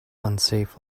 unsafe